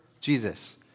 Jesus